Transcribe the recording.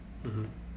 mmhmm